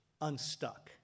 unstuck